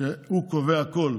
שהוא קובע הכול